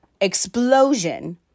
explosion